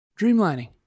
Dreamlining